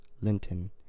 Linton